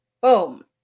boom